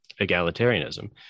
egalitarianism